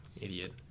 Idiot